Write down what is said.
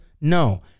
No